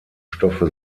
stoffe